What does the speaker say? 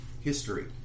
history